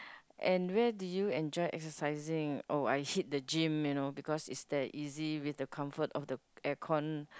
and where did you enjoy exercising oh I hit the gym you know because is that easy with the comfort of the air con